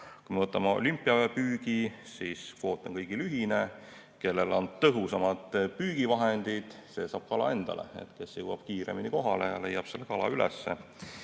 Kui me võtame olümpiapüügi, siis kvoot on kõigil ühine, kellel on tõhusamad püügivahendid, see saab kala endale. Kes jõuab kiiremini kohale ja leiab selle kala üles,